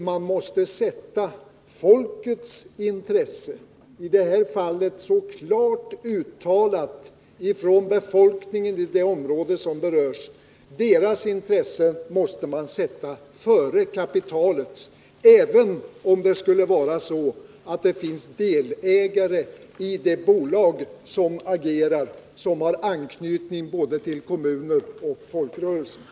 Man måste sätta folkets intresse — i detta fall så klart uttalat från befolkningen i det område som berörs — före kapitalet, även om det skulle vara så att det i bolaget som agerar finns delägare som har anknytning både till kommuner och till folkrörelser.